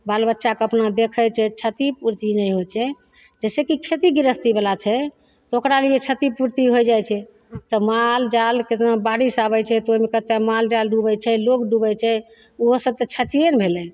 बाल बच्चाके अपना देखय छै क्षतिपूर्ति नहि होइ छै जैसे कि खेती गृहस्थीवला छै ओकरा लिए क्षतिपूर्ति होइ जाइ छै तऽ माल जाल केतना बारिश आबय छै तऽ ओइमे कते माल जाल डूबय छै लोक डूबय छै उहो सब तऽ क्षतिये ने भेलय